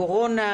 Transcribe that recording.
קורונה,